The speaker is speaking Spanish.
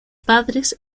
padres